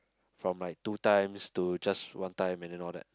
from like two times to just one time and then all that